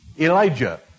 Elijah